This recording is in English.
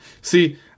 See